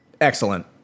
Excellent